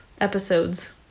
episode's